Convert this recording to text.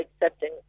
accepting